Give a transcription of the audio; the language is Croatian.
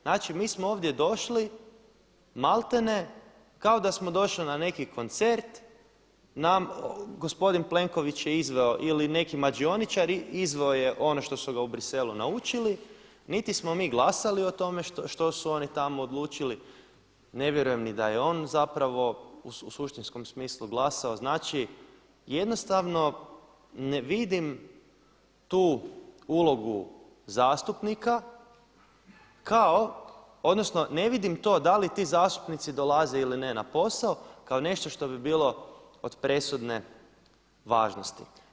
Znači mi smo ovdje došli maltene kao da smo došli na neki koncert, gospodin Plenković je izveo ili neki mađioničari, izveo je ono što su ga u Briselu naučili, niti smo mi glasali o tome što su oni tamo odlučili, ne vjerujem ni da je on zapravo u suštinskom smislu glasao, znači jednostavno ne vidim tu ulogu zastupnika kao, odnosno ne vidim to da li ti zastupnici dolaze ili ne na posao kao nešto što bi bilo od presudne važnosti.